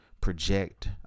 project